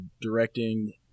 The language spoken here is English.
directing